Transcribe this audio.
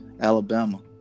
Alabama